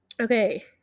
Okay